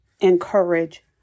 encourage